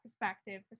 perspective